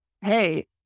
Hey